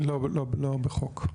לא בחוק.